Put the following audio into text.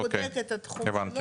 הוא בודק את התחום שלו.